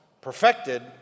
perfected